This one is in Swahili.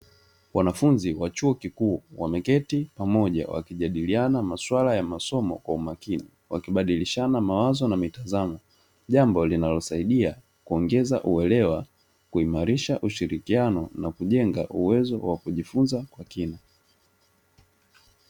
Wanafunzi wa chuo kikuu wameketi pamoja wakijadiliana maswali ya masomo kwa umakini, wakibadilishana mawazo na mitizamo; jambo linalosaidia kuongeza uelewa, kuimarisha ushirikiano na kujenga uwezo wa kujifunza kwa kina.